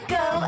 go